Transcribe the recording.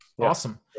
Awesome